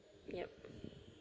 yep